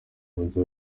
mugi